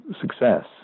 success